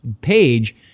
page